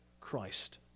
Christ